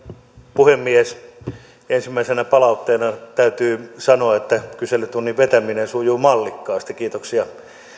puhemies ensimmäisenä palautteena täytyy sanoa että kyselytunnin vetäminen sujui mallikkaasti kiitoksia